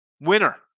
Winner